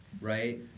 right